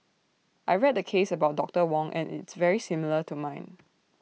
I read the case about doctor Wong and it's very similar to mine